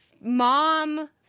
mom